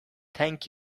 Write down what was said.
thank